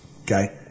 Okay